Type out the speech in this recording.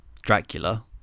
Dracula